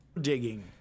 Digging